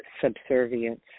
subservience